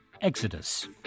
Exodus